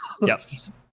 yes